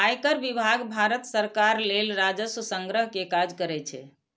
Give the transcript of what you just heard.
आयकर विभाग भारत सरकार लेल राजस्व संग्रह के काज करै छै